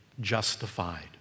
justified